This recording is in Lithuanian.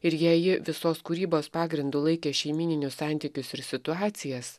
ir jei ji visos kūrybos pagrindu laikė šeimyninius santykius ir situacijas